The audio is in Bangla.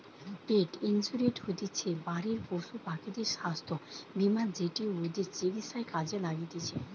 পেট ইন্সুরেন্স হতিছে বাড়ির পশুপাখিদের স্বাস্থ্য বীমা যেটি ওদের চিকিৎসায় কাজে লাগতিছে